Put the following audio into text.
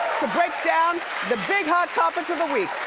to break down the big hot topics of the week.